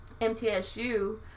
MTSU